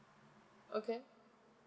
okay